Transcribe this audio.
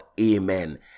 Amen